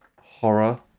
horror